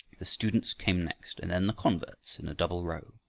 the students came next, and then the converts in a double row.